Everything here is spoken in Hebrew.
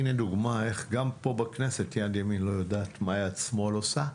הנה דוגמה איך גם פה בכנסת יד ימין לא יודעת מה יד שמאל עושה,